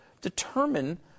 determine